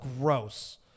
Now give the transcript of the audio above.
gross